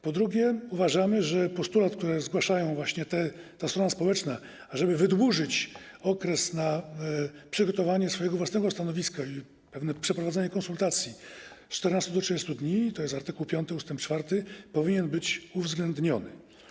Po drugie, uważamy, że postulat, który zgłasza właśnie ta strona społeczna, ażeby wydłużyć okres na przygotowanie swojego własnego stanowiska i przeprowadzanie konsultacji, z 14 do 30 dni - to jest art. 5 ust. 4 - powinien być uwzględniony.